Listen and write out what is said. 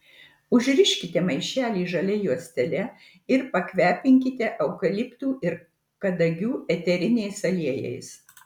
užriškite maišelį žalia juostele ir pakvepinkite eukaliptų ir kadagių eteriniais aliejais